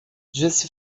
disse